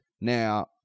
Now